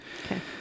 Okay